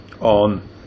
on